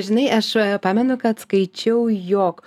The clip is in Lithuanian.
žinai aš pamenu kad skaičiau jog